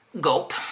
Gulp